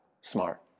smart